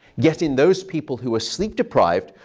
yet in those people who were sleep deprived,